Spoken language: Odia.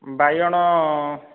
ବାଇଗଣ